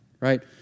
right